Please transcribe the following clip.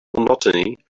monotony